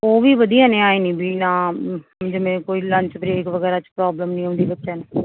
ਊਂ ਵੀ ਵਧੀਆ ਨੇ ਆਏ ਨਹੀਂ ਵੀ ਨਾ ਜਿਵੇਂ ਕੋਈ ਲੰਚ ਬ੍ਰੇਕ ਵਗੈਰਾ 'ਚ ਪ੍ਰੋਬਲਮ ਨਹੀਂ ਆਉਂਦੀ ਬੱਚਿਆਂ ਨੂੰ